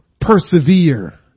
Persevere